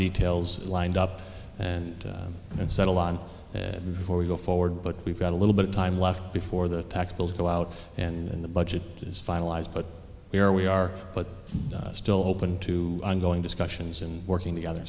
details lined up and and settle on before we go forward but we've got a little bit of time left before the tax bills go out and the budget is finalized but here we are but still open to ongoing discussions and working together